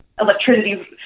electricity